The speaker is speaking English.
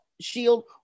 Shield